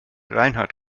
reinhardt